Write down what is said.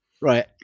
right